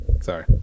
sorry